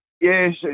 Yes